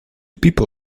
people